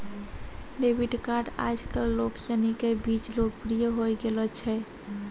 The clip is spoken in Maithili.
डेबिट कार्ड आजकल लोग सनी के बीच लोकप्रिय होए गेलो छै